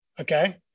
Okay